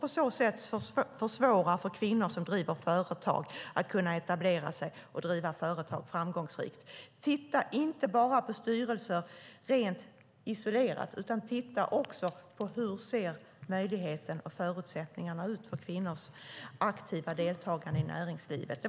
På så sätt försvårar man för kvinnor som driver företag att kunna etablera sig och driva företag framgångsrikt. Titta inte bara på styrelser rent isolerat, utan titta också på hur möjligheterna och förutsättningarna ser ut för kvinnors aktiva deltagande i näringslivet!